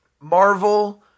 Marvel